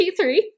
P3